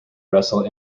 wrestle